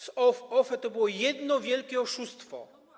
Z OFE to było jedno wielkie oszustwo.